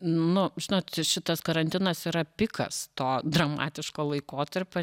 nu žinot šitas karantinas yra pikas to dramatiško laikotarpio